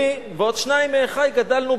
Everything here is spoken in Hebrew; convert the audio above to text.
אני ועוד שניים מאחי גדלנו,